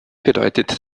bedeutet